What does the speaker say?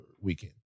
weekend